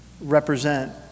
represent